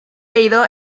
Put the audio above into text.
leído